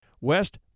West